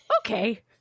Okay